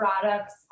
products